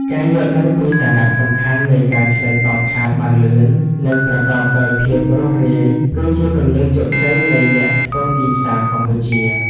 ការយល់ដឹងពីសារៈសំខាន់នៃការឆ្លើយតបឆាតបានលឿន និងប្រកបដោយភាពរស់រាយ គឺជាគន្លឹះជោគជ័យនៃអ្នកធ្វើទីផ្សារកម្ពុជា។